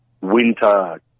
winter